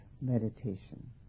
meditation